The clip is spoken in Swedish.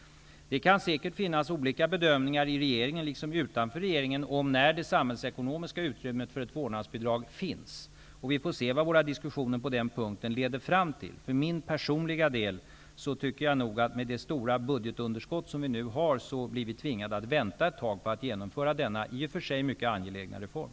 Det kan säkert finnas olika bedömningar i regeringen likaväl som utanför regeringen om när det samhällsekonomiska utrymmet för ett vårdnadsbidrag finns. Vi får se vad våra diskussioner på den punkten leder fram till. För min personliga del tror jag att vi med det stora budgetunderskott som vi nu har blir tvingade att vänta ett tag med att genomföra denna i och för sig mycket angelägna reform.